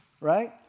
right